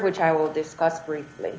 which i will discuss briefly